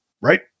Right